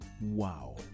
Wow